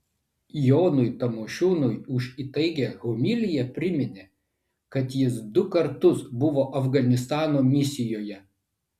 jonui tamošiūnui už įtaigią homiliją priminė kad jis du kartus buvo afganistano misijoje